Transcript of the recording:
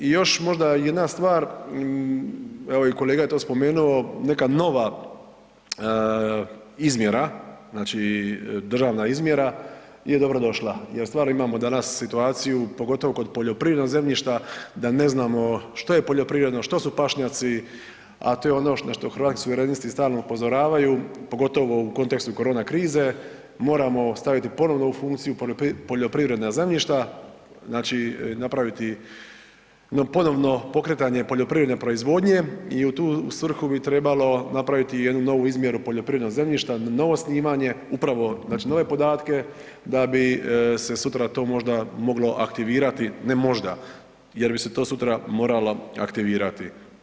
I još možda jedna stvar, evo i kolega je to spomenuo, neka nova izmjera, znači državna izmjera je dobro došla jer u stvari imamo danas situaciju, pogotovo kod poljoprivrednog zemljišta da ne znamo što je poljoprivredno, što su pašnjaci, a to je ono na što Hrvatski suverenisti stalno upozoravaju, pogotovo u kontekstu korona krize, moramo staviti ponovno u funkciju poljoprivredna zemljišta, znači napraviti jedno ponovno pokretanje poljoprivredne proizvodnje i u tu svrhu bi trebalo napraviti jednu novu izmjeru poljoprivrednog zemljišta, novo snimanje, upravo znači nove podatke da bi se sutra to možda moglo aktivirati, ne možda, jer bi se to sutra moralo aktivirati.